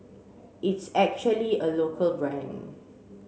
it's actually a local brand